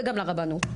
וגם לרבנות,